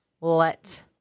let